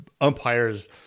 umpires